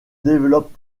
développe